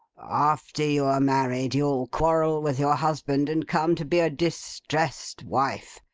after you are married, you'll quarrel with your husband and come to be a distressed wife.